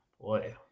Boy